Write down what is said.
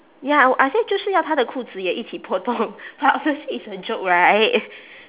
ya I w~ I say 就是要她的裤子也一起破洞 but obviously it's a joke right